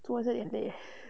坐着也累 eh